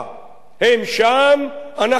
הם שם, אנחנו כאן.